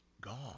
Gone